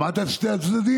שמעת את שני הצדדים?